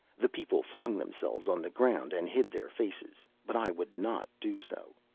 the people flung themselves on the ground and hid their faces, but i would not do so.